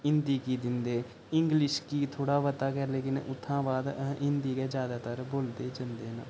हिंदी गी दिंदे इंग्लिश गी थोह्ड़ा मता गै लेकिन उत्थां बाद हिंदी गै ज्यादातर बोलदे जंदे न